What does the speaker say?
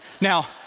Now